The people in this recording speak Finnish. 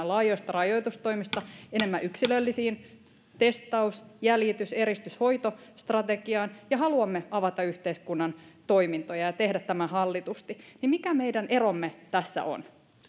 laajoista rajoitustoimista enemmän yksilöllisiin testaus jäljitys eristys hoito strategiaan haluamme avata yhteiskunnan toimintoja ja tehdä tämän hallitusti mikä meidän eromme tässä on